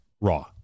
raw